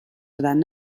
دادن